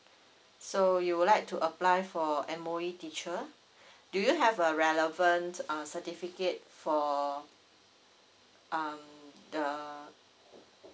so you would like to apply for M_O_E teacher do you have a relevant uh certificate for um the